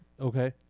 Okay